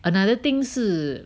another thing 是